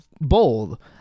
bold